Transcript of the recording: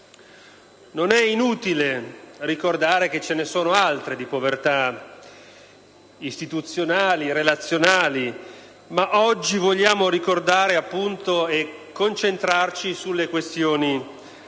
Non è inutile ricordare che ce ne sono altre di povertà: istituzionali, relazionali, per esempio. Ma oggi vogliamo concentrarci sulle questioni